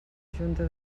junta